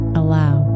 allow